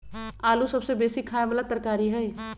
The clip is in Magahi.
आलू सबसे बेशी ख़ाय बला तरकारी हइ